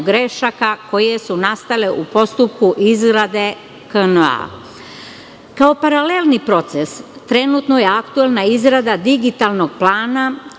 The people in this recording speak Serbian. grešaka koje su nastale u postupku izrade KNA.Kao paralelni proces, trenutno je aktuelna izrada digitalnog plana,